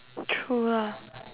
true lah